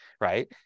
right